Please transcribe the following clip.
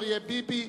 אריה ביבי,